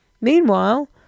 Meanwhile